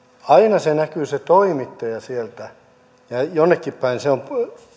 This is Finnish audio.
aina se näkyy se toimittaja sieltä ja jonnekin päin se on